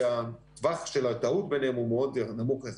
טווח הטעות ביניהן הוא מאוד נמוך יחסית.